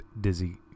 Dizzy